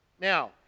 Now